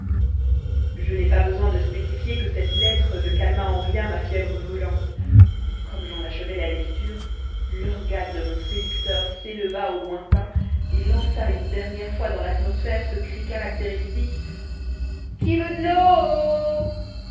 je n'ai pas besoin de spécifier que cette lettre ne calma en rien ma fièvre brûlante comme j'en achevais la lecture l'organe de mon séducteur s'éleva au lointain et lança une dernière fois dans l'atmosphère ce cri caractéristique qui veut d'l'eau